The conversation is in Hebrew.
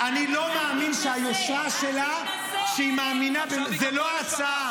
אני לא מאמין שהיושרה שלה, זו לא ההצעה.